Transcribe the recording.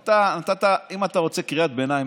דרך אגב,